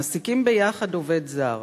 מעסיקים ביחד עובד זר,